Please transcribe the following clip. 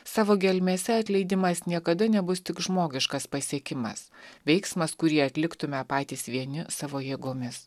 savo gelmėse atleidimas niekada nebus tik žmogiškas pasiekimas veiksmas kurį atliktume patys vieni savo jėgomis